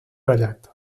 ratllat